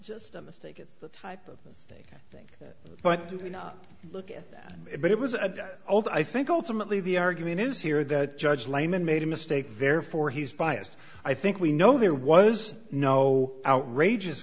just a mistake it's the type of thing but look at it but it was a cult i think ultimately the argument is here that judge lehmann made a mistake therefore he's biased i think we know there was no outrageous